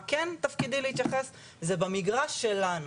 למה כן תפקידי להתייחס, זה במגרש שלנו,